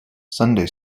sunday